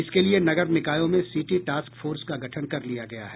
इसके लिए नगर निकायों में सिटी टास्क फोर्स का गठन कर लिया गया है